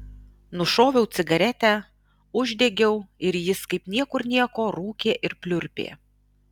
nušoviau cigaretę uždegiau ir jis kaip niekur nieko rūkė ir pliurpė